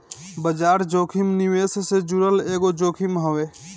बाजार जोखिम निवेश से जुड़ल एगो जोखिम हवे